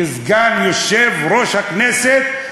כסגן יושב-ראש הכנסת,